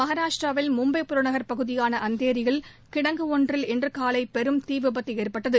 மகாராஷ்டிராவில் மும்பை புறநகர் பகுதியானஅந்தேரியில் கிடங்கு ஒன்றில் இன்றுகாலைபெரும் தீவிபத்துஏற்பட்டது